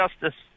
Justice